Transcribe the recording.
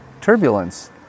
turbulence